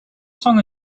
song